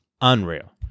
unreal